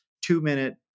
two-minute